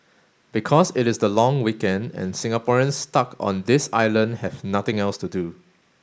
because it is the long weekend and Singaporeans stuck on this island have nothing else to do